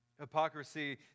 Hypocrisy